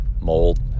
mold